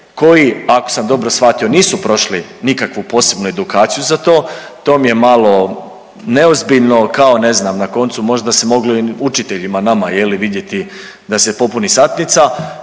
koji ako sam dobro shvatio nisu prošli nikakvu posebnu edukaciju za to, to mi je malo neozbiljno kao ne znam na koncu možda su mogli učiteljima, nama vidjeti da se popuni satnica.